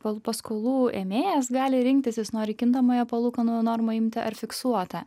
kol paskolų ėmėjas gali rinktis jis nori kintamąją palūkanų normą imti ar fiksuotą